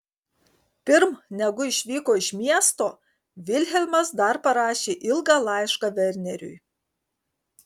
pirm negu išvyko iš miesto vilhelmas dar parašė ilgą laišką verneriui